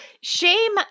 shame